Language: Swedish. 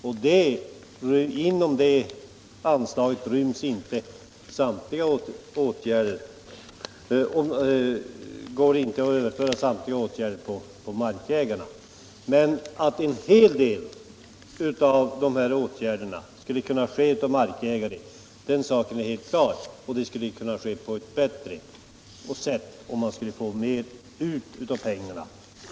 Inom den anslagsramen ryms inte samtliga åtgärder, och ansvaret för dem går inte heller att överföra på markägarna. Men en hel del av dessa åtgärder skulle kunna utföras av markägare, den saken är helt klar. De skulle även kunna utföras på ett bättre sätt, så att man kunde få ut mera av pengarna.